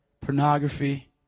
Pornography